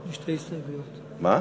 הסתייגות אחת.